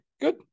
good